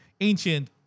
ancient